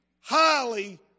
highly